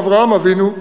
אברהם אבינו,